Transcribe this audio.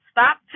Stop